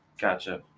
Gotcha